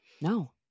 No